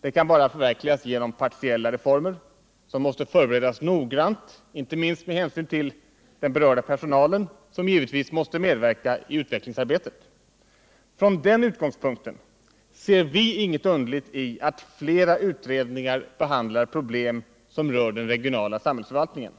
Den kan förverkligas bara genom partiella reformer, som måste förberedas noggrant, inte minst med hänsyn till den berörda personalen, som givetvis också måste medverka i utvecklingsarbetet. Från den utgångspunkten ser vi inget underligt i att flera utredningar behandlar problem som rör den regionala samhällsförvaltningen.